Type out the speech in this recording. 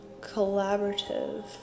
collaborative